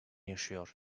yaşıyor